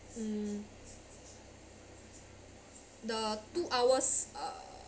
mm the two hours uh